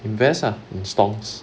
invest ah in stocks